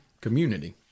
community